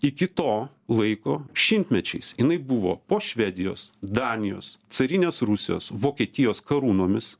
iki to laiko šimtmečiais jinai buvo po švedijos danijos carinės rusijos vokietijos karūnomis